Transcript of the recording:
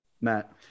matt